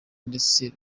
ndetse